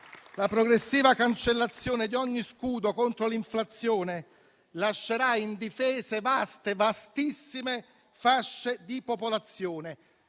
La progressiva cancellazione di ogni scudo contro l'inflazione lascerà indifese vastissime fasce di popolazione,